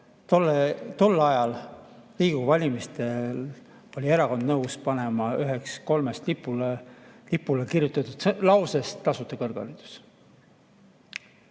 tollastel Riigikogu valimistel oli erakond nõus panema üheks kolmest lipule kirjutatud lausest "Tasuta kõrgharidus".